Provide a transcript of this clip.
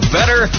Better